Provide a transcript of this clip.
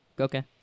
Okay